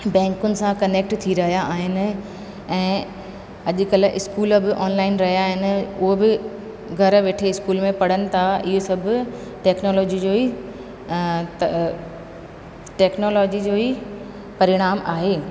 बैंकुनि सां कनेक्ट थी रहिया आहिनि ऐं अॼुकल्ह इस्कूल बि ऑनलाइन रहिया आहिनि उहा बि घरि वेठे इस्कूल में पढ़नि था इहे सभु टेक्नोलॉजी जो ई त टेक्नोलॉजी जो ई परिणाम आहे